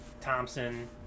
Thompson